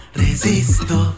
resisto